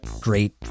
great